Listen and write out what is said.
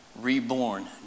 reborn